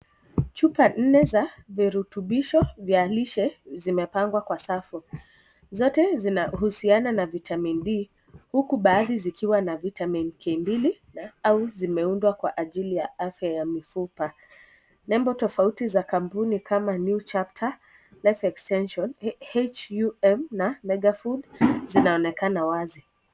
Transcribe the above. Chupa nne za viritubisho vya lishe zimepangwa Kwa safu, zote zinahusiana na vitamin D huku baadhi zikiwa na vitaminK mbili au zimeundwa Kwa ajili ya afya ya mifupa. Nembo tofauti za kampuni kama new chapter life extension HUM na negafull zinaonekana wazi